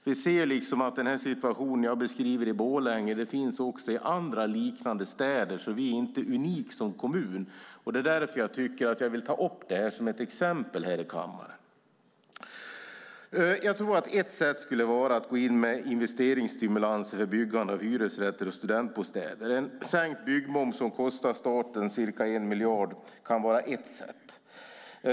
Vi ser också att den situation jag beskriver i Borlänge finns i andra, liknande städer. Borlänge är alltså inte unik som kommun, och det är därför jag vill ta upp det som ett exempel här i kammaren. Jag tror att ett sätt skulle vara att gå in med investeringsstimulanser för byggande av hyresrätter och studentbostäder. En sänkt byggmoms som kostar staten ca 1 miljard kan vara ett sätt.